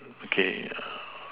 okay